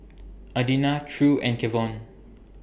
Adina True and Kevon